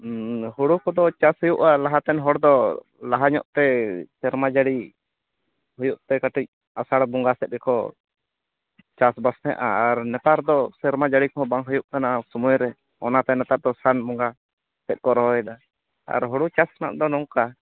ᱦᱳᱲᱳ ᱠᱚᱫᱚ ᱪᱟᱥ ᱦᱳᱭᱳᱜᱼᱟ ᱞᱟᱦᱟᱛᱮᱱ ᱦᱚᱲ ᱫᱚ ᱞᱟᱦᱟ ᱧᱚᱜ ᱛᱮ ᱥᱮᱨᱢᱟ ᱡᱟᱹᱲᱤ ᱦᱳᱭᱚᱜ ᱛᱮ ᱠᱟᱹᱴᱤᱡ ᱟᱥᱟᱲ ᱵᱟᱸᱜᱟ ᱥᱮᱫ ᱜᱮᱠᱚ ᱪᱟᱥ ᱵᱟᱥ ᱛᱟᱦᱮᱫᱼᱟ ᱟᱨ ᱱᱮᱛᱟᱨ ᱫᱚ ᱥᱮᱨᱢᱟ ᱡᱟᱹᱲᱤ ᱠᱚᱦᱚᱸ ᱵᱟᱝ ᱦᱳᱭᱳᱜ ᱠᱟᱱᱟ ᱥᱚᱢᱚᱭ ᱨᱮ ᱚᱱᱟ ᱛᱮ ᱱᱮᱴᱟᱨ ᱫᱚ ᱥᱟᱱ ᱵᱚᱸᱜᱟ ᱥᱮᱫ ᱠᱚ ᱨᱚᱦᱚᱭᱮᱫᱟ ᱟᱨ ᱦᱳᱲᱳ ᱪᱟᱥ ᱨᱮᱱᱟᱜ ᱫᱚ ᱱᱚᱝᱠᱟ